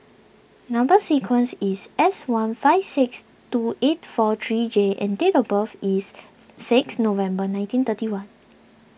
Number Sequence is S one five six two eight four three J and date of birth is six November nineteen thirty one